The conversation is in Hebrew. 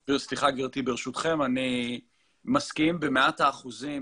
ברשותכם, אני מסכים במאת האחוזים.